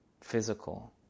physical